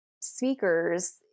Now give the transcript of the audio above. speakers